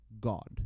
God